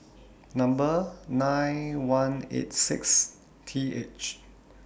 Number nine one eight six T H